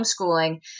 homeschooling